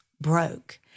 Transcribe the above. broke